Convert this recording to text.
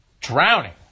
drowning